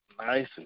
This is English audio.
Nice